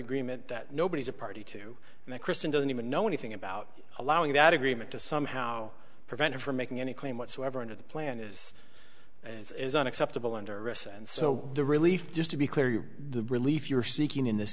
agreement that nobody is a party to the christian doesn't even know anything about allowing that agreement to somehow prevent him from making any claim whatsoever under the plan is and isn't acceptable under arrest and so the relief just to be clear the relief you're seeking in this